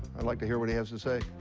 i'd like to hear what he has to say.